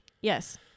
Yes